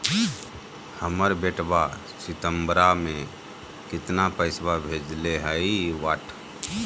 हमर बेटवा सितंबरा में कितना पैसवा भेजले हई?